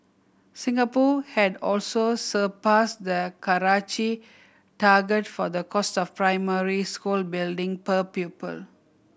Singapore had also surpassed the Karachi target for the cost of primary school building per pupil